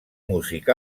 músic